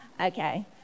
okay